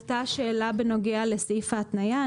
עלתה השאלה בנוגע לסעיף ההתניה.